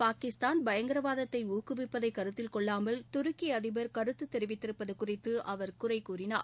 பாகிஸ்தான் பயங்கரவாதத்தை ஊக்குவிப்பதை கருத்தில் கொள்ளாமல் துருக்கி அதிபர் கருத்து தெரிவித்திருப்பது குறித்து அவர் குறை கூறினார்